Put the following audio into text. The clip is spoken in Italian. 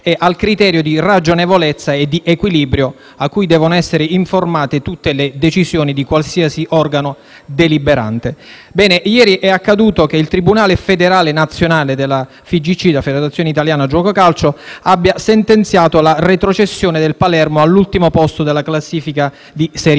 e al criterio di ragionevolezza e di equilibrio cui devono essere informate tutte le decisioni di qualsiasi organo deliberante. Ieri è accaduto che il tribunale federale nazionale della Federazione italiana giuoco calcio (FIGC) abbia sentenziato la retrocessione del Palermo all'ultimo posto della classifica di serie B.